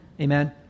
Amen